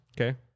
Okay